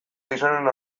gizonen